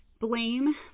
blame